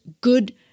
good